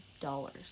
dollars